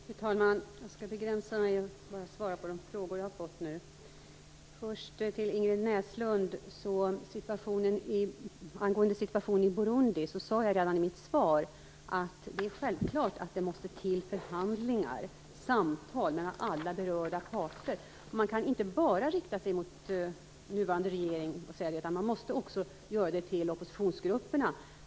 Fru talman! Jag skall begränsa mig och bara svara på de frågor jag har fått. Ingrid Näslund hade frågor rörande situationen i Burundi. Jag sade redan i mitt svar att det självfallet måste till förhandlingar och samtal mellan alla berörda parter. Man kan inte bara rikta sig till den nuvarande regeringen, utan man måste också vända sig till oppositionsgrupperna.